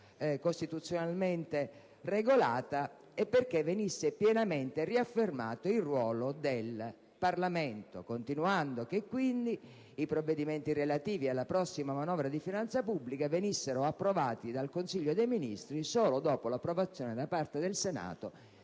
costituzionalmente regolata, e perché venisse pienamente riaffermato il ruolo del Parlamento. Poi continuavo chiedendo che i provvedimenti relativi alla prossima manovra di finanza pubblica venissero approvati dal Consiglio dei ministri solo dopo l'approvazione da parte del Senato